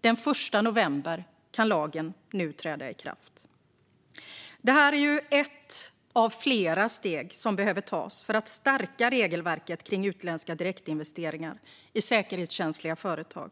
Den 1 november kan lagen träda i kraft. Detta är ett av flera steg som behöver tas för att stärka regelverket kring utländska direktinvesteringar i säkerhetskänsliga företag.